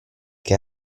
che